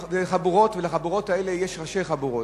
יש חבורות, ולחבורות האלה יש ראשי חבורות.